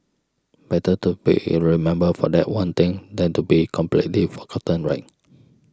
better to be in remembered for that one thing than to be completely forgotten right